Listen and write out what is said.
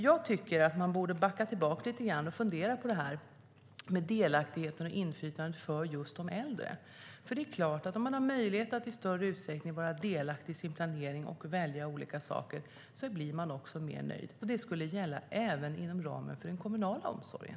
Jag tycker att man borde backa tillbaka lite grann och fundera på detta med delaktighet och inflytande för just de äldre. Det är klart att om man har möjlighet att i större utsträckning vara delaktig i sin planering och välja olika saker blir man också mer nöjd. Det skulle gälla även inom ramen för den kommunala omsorgen.